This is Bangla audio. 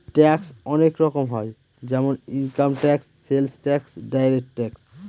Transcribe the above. ট্যাক্স অনেক রকম হয় যেমন income tax, sales tax, direct tax